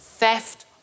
Theft